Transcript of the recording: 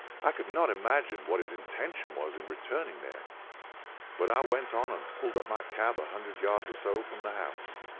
i could not imagine what his intention was in returning there but i went on and pulled up my cab a hundred yards or so from the house.